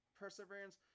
perseverance